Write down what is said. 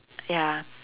ya